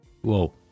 Whoa